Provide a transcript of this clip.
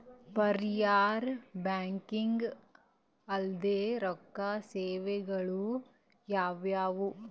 ಪರ್ಯಾಯ ಬ್ಯಾಂಕಿಂಗ್ ಅಲ್ದೇ ರೊಕ್ಕ ಸೇವೆಗಳು ಯಾವ್ಯಾವು?